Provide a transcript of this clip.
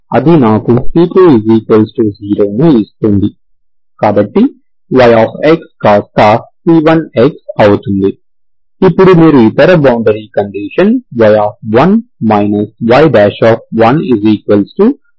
కాబట్టి yx కాస్తా c1x అవుతుంది ఇప్పుడు మీరు ఇతర బౌండరీ కండీషన్ y1 y10 ని వర్తింపజేస్తారు